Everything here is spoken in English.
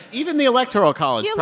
even the electoral college and